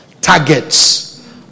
targets